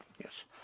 yes